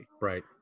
right